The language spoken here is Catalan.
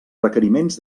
requeriments